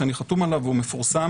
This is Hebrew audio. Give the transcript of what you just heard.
שאני חתום עליו והוא מפורסם,